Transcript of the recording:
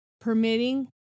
permitting